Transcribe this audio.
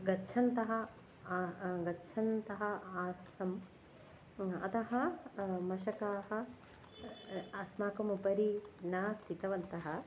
गच्छन्तः गच्छन्तः आसम् अतः मशकाः अस्माकम् उपरि न स्थितवन्तः